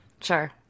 Sure